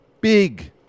big